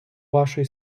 вашої